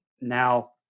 Now